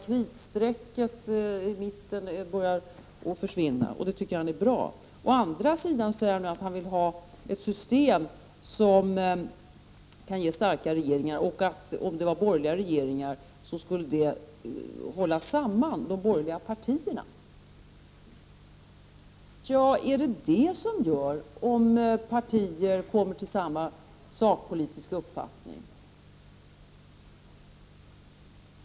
Kritstrecket i mitten börjar försvinna, och det tycker han är bra. Å andra sidan säger han att han vill ha ett system som kan ge starka regeringar och om det var borgerliga regeringar skulle ett sådant system hålla samman de borgerliga partierna. Inte är det väl en sådan sak som valsystemet som avgör om partier kommer till samma sakpolitiska uppfattning?